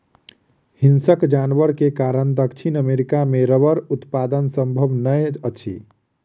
हिंसक जानवर के कारण दक्षिण अमेरिका मे रबड़ उत्पादन संभव नै अछि